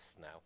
now